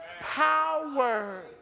power